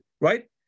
Right